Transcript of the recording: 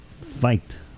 fight